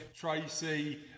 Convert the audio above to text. Tracy